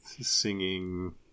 singing